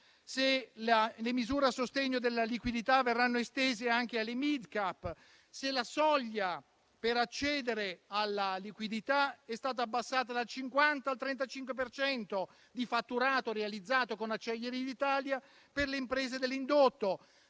se le misure a sostegno della liquidità verranno estese anche alle Mid Cap; se la soglia per accedere alla liquidità è stata abbassata dal 50 al 35 per cento di fatturato realizzato con Acciaierie d'Italia per le imprese dell'indotto.